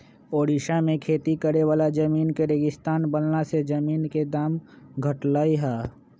ओड़िशा में खेती करे वाला जमीन के रेगिस्तान बनला से जमीन के दाम घटलई ह